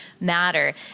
matter